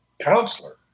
counselor